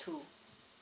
to